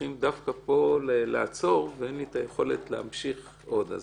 צריכים דווקא פה לעצור ואין לי את היכולת להמשיך עוד.